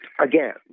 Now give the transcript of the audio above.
Again